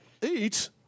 Eat